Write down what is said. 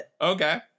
Okay